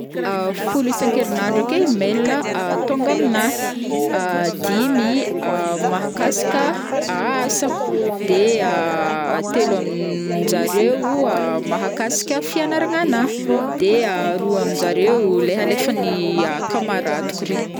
fôlo isan-kerin'andro akeo email tonga aminahy, dimy mahakasika asako, de telo amin- jareo mahakasika fianaragnanahy, de aroa aminjareo leha alefan'ny camarades-ko regny.